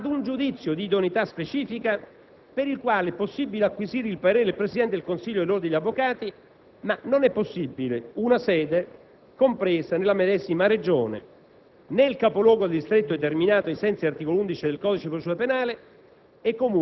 è subordinato allo svolgimento delle medesime funzioni per almeno cinque anni e ad un giudizio di idoneità specifica per il quale è possibileacquisire il parere del presidente del consiglio dell'ordine degli avvocati; tale passaggio non è possibile però in una sede compresa nella medesima Regione,